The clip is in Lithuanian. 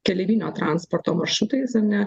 keleivinio transporto maršrutais ar ne